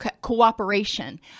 cooperation